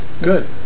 good